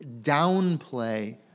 downplay